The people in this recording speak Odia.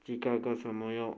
ଚିକାଗୋ ସମୟ